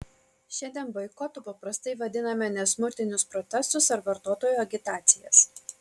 šiandien boikotu paprastai vadiname nesmurtinius protestus ar vartotojų agitacijas